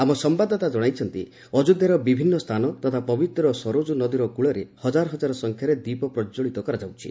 ଆମ ସମ୍ଭାଦଦାତା ଜଣାଇଛନ୍ତି ଅଯୋଧ୍ୟାର ବିଭିନ୍ନ ସ୍ଥାନ ତଥା ପବିତ୍ର ସରୟୂ ନଦୀର କକଳରେ ହଜାର ହଜାର ସଂଖ୍ୟାରେ ଦୀପ ପ୍ରଜ୍ୱଳିତ କରାଯାଉଛି